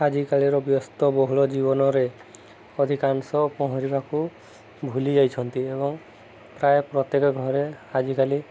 ଆଜିକାଲିର ବ୍ୟସ୍ତ ବହୁଳ ଜୀବନରେ ଅଧିକାଂଶ ପହଁରିବାକୁ ଭୁଲି ଯାଇଛନ୍ତି ଏବଂ ପ୍ରାୟ ପ୍ରତ୍ୟେକ ଘରେ ଆଜିକାଲି